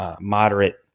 moderate